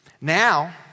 Now